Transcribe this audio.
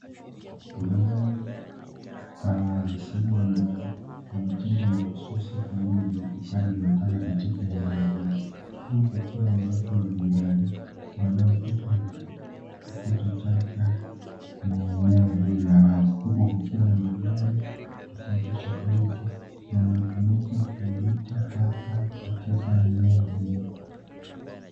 Mahali pa wazi sehemu ambayo imetengwa mahususi kwa ajili ya utupaji wa taka katika eneo hili, huku kukiwa na watu mbalimbali wanaotupa na kuokota taka kwenye eneo hili la wazi, huku kukiwa na magari tofauti tofauti yanayotumika kuleta taka katika eneo hili.